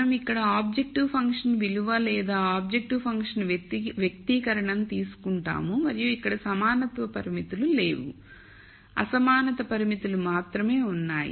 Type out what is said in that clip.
మనం ఇక్కడ objective function విలువ లేదా ఆబ్జెక్టివ్ ఫంక్షన్ వ్యక్తీకరణను తీసుకుంటాము మరియు ఇక్కడ సమానత్వ పరిమితులు లేవు అసమానత పరిమితులు మాత్రమే ఉన్నాయి